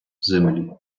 землі